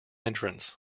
entrance